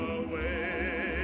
away